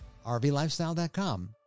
rvlifestyle.com